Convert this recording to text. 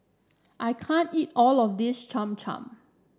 I can't eat all of this Cham Cham